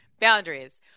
boundaries